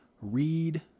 read